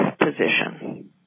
position